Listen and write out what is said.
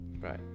Right